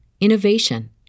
innovation